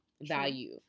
value